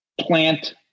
plant